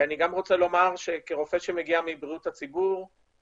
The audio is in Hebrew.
אני גם רוצה לומר כרופא שמגיע מבריאות הציבור,